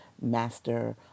Master